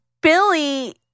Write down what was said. Billy